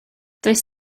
does